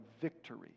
victory